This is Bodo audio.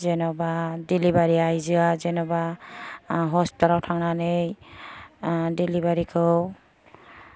जेन'बा दिलिभारि आइजोआ जेन'बा हस्पिटेलाव थांनानै दिलिभारिखौ